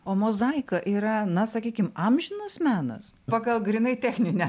o mozaika yra na sakykim amžinas menas pagal grynai techninę